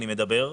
אני מדבר,